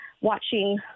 watching